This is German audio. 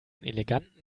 eleganten